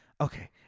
okay